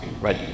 right